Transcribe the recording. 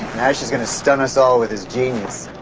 nash is going to stun us all with his genius.